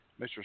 mr